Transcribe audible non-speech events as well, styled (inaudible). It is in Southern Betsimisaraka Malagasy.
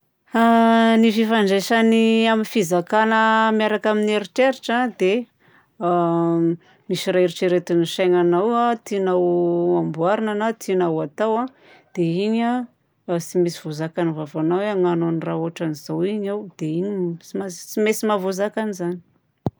Ny fifandraisan'ny amin'ny fizakàna miaraka amin'ny eritreritra dia (hesitation) misy raha eritreretin'ny saignanao tianao amboarina na tianao hatao a, dia igny a tsy maintsy voazakan'ny vavanao hoe hagnano an'i raha ôtran'izao igny aho. Dia igny, tsy maintsy, tsy maintsy mahavoazaka an'izany.